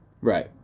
Right